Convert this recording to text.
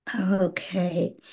Okay